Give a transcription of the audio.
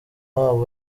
wabo